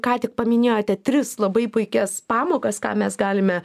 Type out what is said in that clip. ką tik paminėjote tris labai puikias pamokas ką mes galime